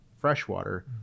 freshwater